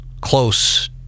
close